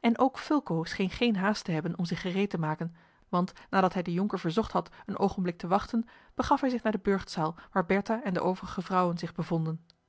en ook fulco scheen geen haast te hebben om zich gereed te maken want nadat hij den jonker verzocht had een oogenblik te wachten begaf hij zich naar de burchtzaal waar bertha en de overige vrouwen zich bevonden